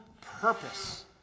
purpose